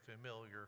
familiar